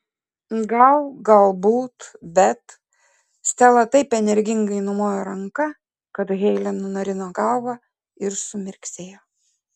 gal galbūt bet stela taip energingai numojo ranka kad heile nunarino galvą ir sumirksėjo